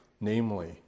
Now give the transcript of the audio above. namely